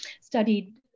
studied